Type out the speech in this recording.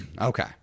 Okay